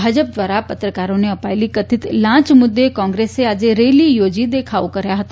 ભાજપ દ્વારા પત્રકારોને અપાયેલી કથિત લાંચ મુદ્દે કોંગ્રેસે આજે રેલી યોજી દેખાવો કર્યા હતા